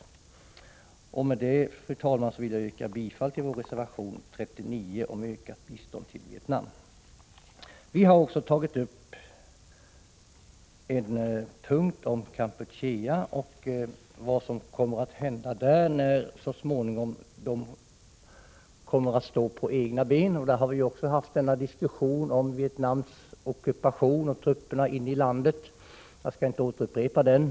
Med detta, fru talman, vill jag yrka bifall till vår reservation 39 om ökat bistånd till Vietnam. Vi har också tagit upp frågan om Kampuchea och vad som kommer att hända när man där så småningom kommer att stå på egna ben. Jag skall inte här återupprepa diskussionen om Vietnams ockupation och om trupperna inne i landet.